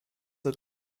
are